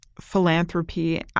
philanthropy